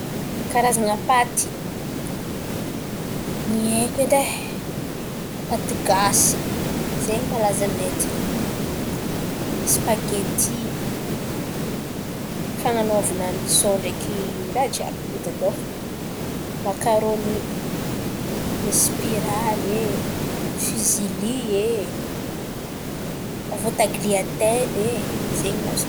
Karazan̈a paty? Ny haiko edy e: paty gasy zen̈y malaza aminay aty, spagety fan̈anaovana misao ndraiky ràha jiàby mety atao fo. Makarôny, misy spiraly e, fizily e, avy eo tagliately e zen̈y no azoko hon̈ono.